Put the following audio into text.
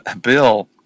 Bill